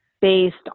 based